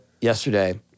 yesterday